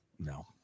No